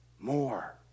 more